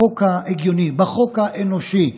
בחוק ההגיוני, בחוק האנושי,